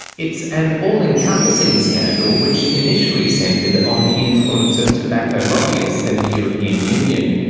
it's an all encompassing scandal which initially centred on the influence of tobacco lobbyists in the european union,